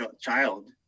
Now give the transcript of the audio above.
child